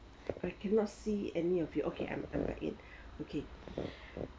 I cannot see any of you okay I'm back in okay